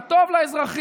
מה טוב לאזרחים,